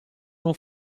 non